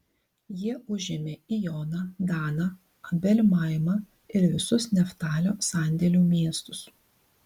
jie užėmė ijoną daną abel maimą ir visus neftalio sandėlių miestus